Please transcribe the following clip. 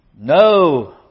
No